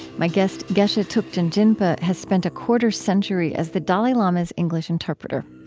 my guest, geshe thupten jinpa, has spent a quarter century as the dalai lama's english interpreter.